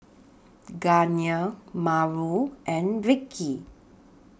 Gardner Mauro and Vickie